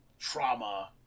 Trauma